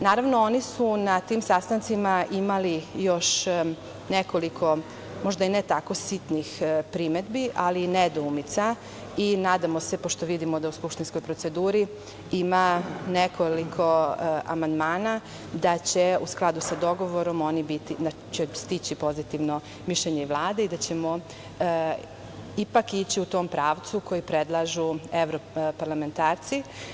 Naravno, oni su na tim sastancima imali još nekoliko možda i ne tako sitnih primedbi, ali i nedoumica i nadamo se, pošto vidimo da u skupštinskoj proceduri ima nekoliko amandmana, da će, u skladu sa dogovorom, stići pozitivno mišljenje Vlade i da ćemo ipak ići u tom pravcu koji predlažu evroparlamentarci.